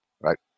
Right